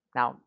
Now